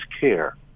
care